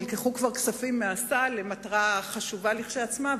נלקחו כספים מהסל למטרה חשובה כשלעצמה,